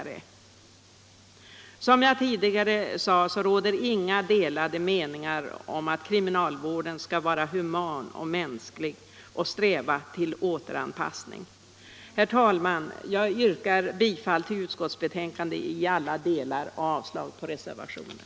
Men som jag tidigare sade råder det inga delade meningar om att kriminalvården skall vara human och syfta till återanpassning. Herr talman! Jag yrkar bifall till utskottets hemställan på alla punkter och avslag på reservationen.